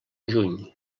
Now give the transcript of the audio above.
juny